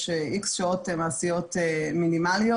יש X שעות מעשיות מינימליות.